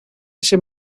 ese